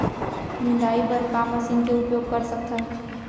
निंदाई बर का मशीन के उपयोग कर सकथन?